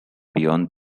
beyond